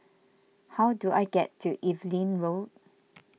how do I get to Evelyn Road